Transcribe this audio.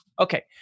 Okay